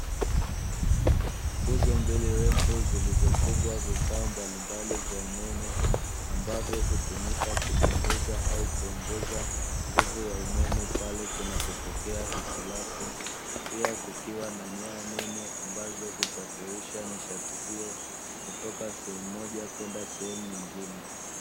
Nguzo mbili refu zilizofungwa vifaa mbalimbali vya umeme, ambavyo hutumika kupunguza au kuongeza nguvu ya umeme pale kunapotokea hitirafu, pia kukiwa na nyaya nene ambazo husafirisha nishati hiyo, kutoka sehemu moja kwenda sehemu nyingine.